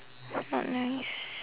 not nice